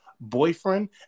boyfriend